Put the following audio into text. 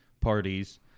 parties